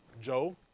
Joe